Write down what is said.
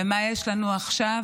ומה יש לנו עכשיו?